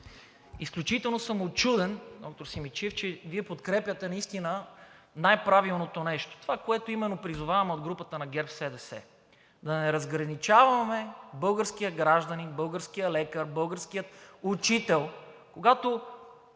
Изключително съм учуден, доктор Симидчиев, че Вие подкрепяте наистина най-правилното нещо. Това, което именно призоваваме от групата на ГЕРБ-СДС – да не различаваме българския гражданин, българския лекар, българския учител, когато,